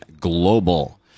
global